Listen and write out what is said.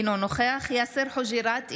אינו נוכח יאסר חוג'יראת,